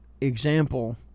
example